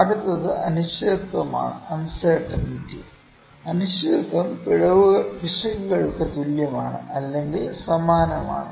അടുത്തത് അനിശ്ചിതത്വമാണ് അനിശ്ചിതത്വം പിശകുകൾക്ക് തുല്യമാണ് അല്ലെങ്കിൽ സമാനമാണ്